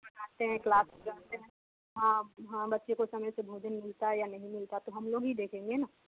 बताते हैं क्लास में जाते है हाँ हम बच्चे को समय से भोजन मिलता है या नहीं मिलता तो हम लोग ही देखेंगे ना